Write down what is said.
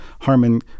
Harman